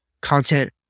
content